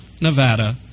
Nevada